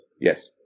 Yes